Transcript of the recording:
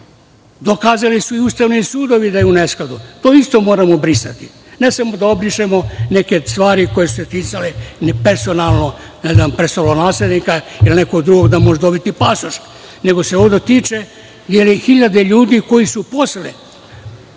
Dokazali su i ustavni sudovi da je u neskladu. To isto moramo brisati. Ne samo da obrišemo neke stvari koje su se ticale ni personalno, ne znam, prestolonaslednika ili nekog drugog, da može dobiti pasoš, nego se ovde tiče hiljada ljudi koji su posle,